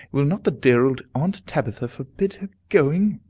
will not the dear old aunt tabitha forbid her going?